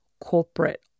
corporate